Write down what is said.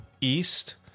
east